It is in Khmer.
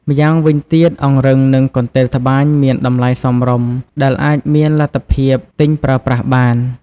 ម្យ៉ាងវិញទៀត អង្រឹងនិងកន្ទេលត្បាញមានតម្លៃសមរម្យ ដែលអាចមានលទ្ធភាពទិញប្រើប្រាស់បាន។